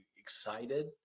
excited